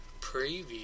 preview